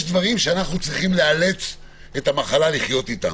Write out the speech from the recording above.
יש דברים שאנחנו צריכים לאלץ את המחלה לחיות אתם,